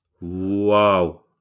Wow